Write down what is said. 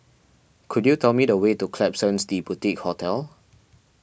could you tell me the way to Klapsons the Boutique Hotel